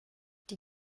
die